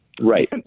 Right